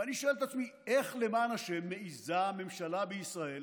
ואני שואל את עצמי: איך למען השם מעיזה ממשלה בישראל